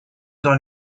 dans